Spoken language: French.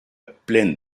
plaine